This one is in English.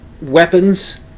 weapons